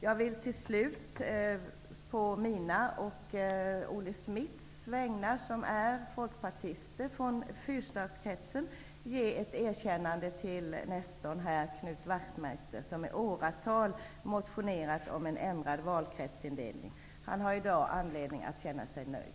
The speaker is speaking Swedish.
Jag vill slutligen på mina och Olle Schmidts vägnar, som folkpartister från Fyrstadskretsen, ge ett erkännande till nestorn Knut Wachtmeister, som i åratal motionerat om valkretsindelning. Han har i dag anledning att känna sig nöjd.